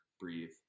Breathe